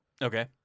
Okay